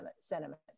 sentiment